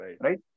Right